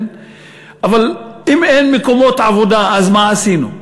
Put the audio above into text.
אבל אם אין מקומות עבודה, אז מה עשינו?